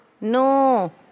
no